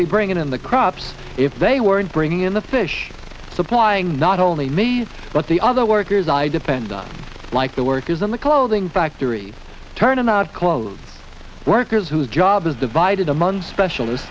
be bringing in the crops if they weren't bringing in the fish supplying not only me but the other workers i depend on like the workers in the clothing factories turning out clothes workers whose job is divided among specialists